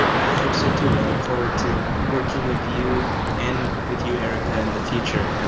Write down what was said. i hope so too. i look forward to working with you, and with you, erika in the future. and